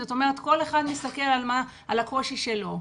זאת אומרת, כל אחד מסתכל על הקושי שלו.